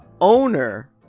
owner